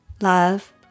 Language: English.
love